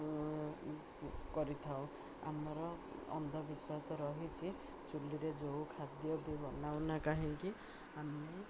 କରିଥାଉ ଆମର ଅନ୍ଧବିଶ୍ବାସ ରହିଛିି ଚୁଲିରେ ଯେଉଁ ଖାଦ୍ୟ ବି ବନାଉନା କାହିଁକି ଆମେ